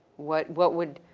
what, what would,